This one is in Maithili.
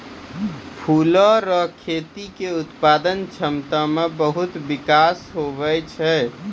फूलो रो खेती के उत्पादन क्षमता मे बहुत बिकास हुवै छै